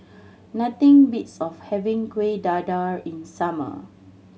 nothing beats of having Kuih Dadar in summer